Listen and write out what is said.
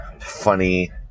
funny